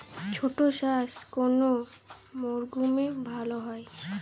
ছোলা চাষ কোন মরশুমে ভালো হয়?